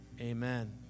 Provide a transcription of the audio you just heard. Amen